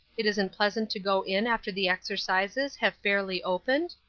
it isn't pleasant to go in after the exercises have fairly opened?